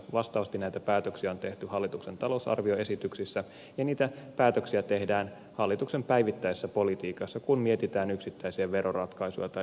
vastaavasti näitä päätöksiä on tehty hallituksen talousarvioesityksissä ja niitä päätöksiä tehdään hallituksen päivittäisessä politiikassa kun mietitään yksittäisiä veroratkaisuja tai yksittäisiä lakeja